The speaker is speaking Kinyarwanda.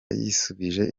yisubije